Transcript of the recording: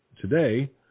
today